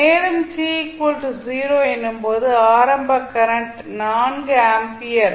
நேரம் t 0 எனும் போது ஆரம்ப கரன்ட் 4 ஆம்பியர்